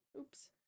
Oops